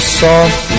soft